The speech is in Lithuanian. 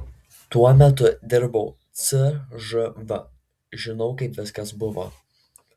tuo metu dirbau cžv žinau kaip viskas buvo